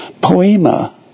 Poema